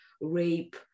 rape